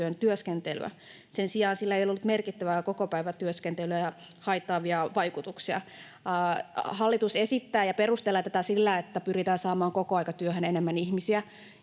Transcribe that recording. työskentelyä. Sen sijaan sillä ei ole ollut merkittäviä kokopäivätyöskentelyä haittaavia vaikutuksia. Hallitus esittää ja perustelee tätä sillä, että pyritään saamaan kokoaikatyöhön enemmän ihmisiä.